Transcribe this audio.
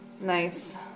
Nice